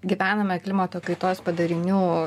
gyvename klimato kaitos padarinių